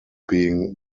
being